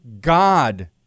God